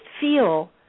feel